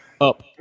up